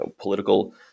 political